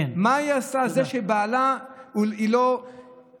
מה היא עשתה בזה שבעלה, היא לא פרודה,